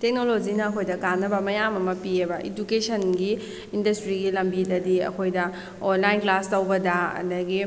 ꯇꯦꯛꯅꯣꯂꯣꯖꯤꯅ ꯑꯩꯈꯣꯏꯗ ꯀꯥꯟꯅꯕ ꯃꯌꯥꯝ ꯑꯃ ꯄꯤꯑꯦꯕ ꯏꯗꯨꯀꯦꯁꯟꯒꯤ ꯏꯟꯗꯁꯇ꯭ꯔꯤꯒꯤ ꯂꯝꯕꯤꯗꯗꯤ ꯑꯩꯈꯣꯏꯗ ꯑꯣꯏꯟꯂꯥꯏꯟ ꯀ꯭ꯂꯥꯁ ꯇꯧꯕꯗ ꯑꯗꯒꯤ